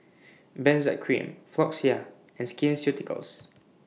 Benzac Cream Floxia and Skin Ceuticals